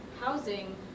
housing